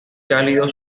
cálido